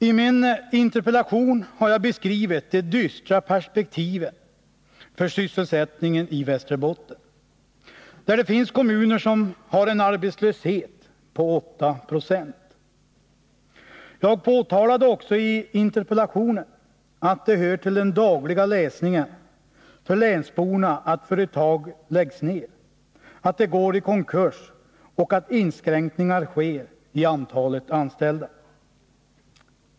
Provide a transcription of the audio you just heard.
I min interpellation har jag beskrivit de dystra perspektiven för sysselsättningen i Västerbotten, där det finns kommuner som har en arbetslöshet på 890. Jag påtalade också i interpellationen att det hör till den dagliga läsningen för länsborna att företag läggs ned, att de går i konkurs och att inskränkningar av antalet anställda sker.